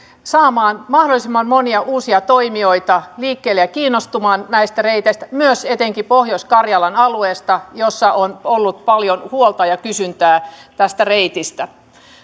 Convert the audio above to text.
saamaan mahdollisimman monia uusia toimijoita liikkeelle ja kiinnostumaan näistä reiteistä myös ja etenkin pohjois karjalan alueesta jossa on ollut paljon huolta ja kysyntää tästä reitistä